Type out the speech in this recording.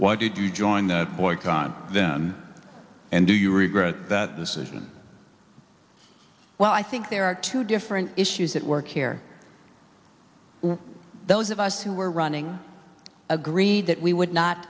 why did you join that boycott and do you regret that decision well i think there are two different issues at work here well those of us who were running agreed that we would not